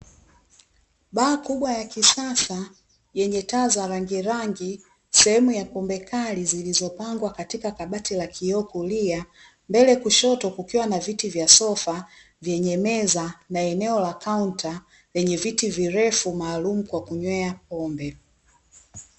Baa kuubwa ya kisasa yenye taa za rangi rangi, sehemu ya pombe kali zilizopangwa katika kabati la kioo kulia, mbele kushoto kukiwa na viti vya sofa vyenye meza na eneo la kaunta lenye viti virefu, maalumu kwa kunywea pombe.